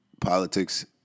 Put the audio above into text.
politics